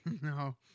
No